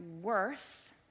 worth